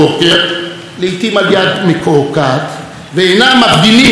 ואינם מפגינים נגד פתיחת המרכולים בשבת,